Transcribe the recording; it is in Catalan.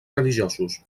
religiosos